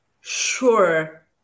sure